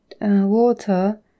water